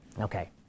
Okay